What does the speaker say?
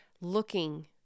looking